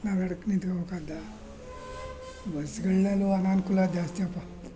ನಾವು ಎಡಕ್ ನಿಂತ್ಕೊಳ್ಬೇಕಾದ್ದು ಬಸ್ಸ್ಗಳ್ನೆಲ್ವ ಅನಾನುಕೂಲ ದಾಸ್ತಿಯಪ್ಪ